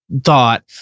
thought